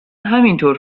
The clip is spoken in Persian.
همینطور